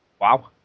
Wow